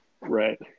Right